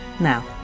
Now